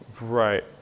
Right